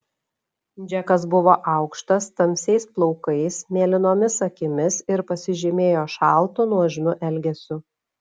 džekas buvo aukštas tamsiais plaukais mėlynomis akimis ir pasižymėjo šaltu nuožmiu elgesiu